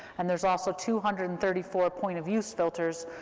and there's also two hundred and thirty four point of use filters,